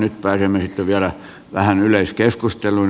nyt pääsemme sitten vielä vähän yleiskeskusteluun